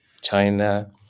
China